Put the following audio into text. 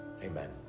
Amen